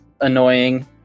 annoying